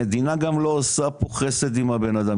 המדינה גם לא עושה פה חסד עם הבנאדם.